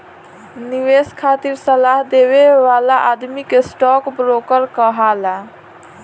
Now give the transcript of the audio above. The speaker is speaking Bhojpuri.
निवेश खातिर सलाह देवे वाला आदमी के स्टॉक ब्रोकर कहाला